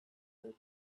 your